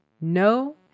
No